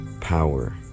power